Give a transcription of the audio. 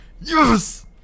Yes